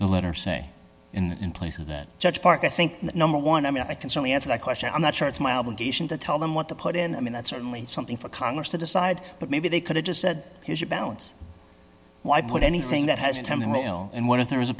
the letter say in in place of that judge parker i think number one i mean i can certainly answer that question i'm not sure it's my obligation to tell them what to put in i mean that's certainly something for congress to decide but maybe they could have just said here's your balance why put anything that has in terms of mail and one of the